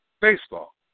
baseball